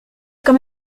quand